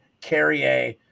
Carrier